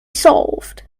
solved